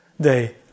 day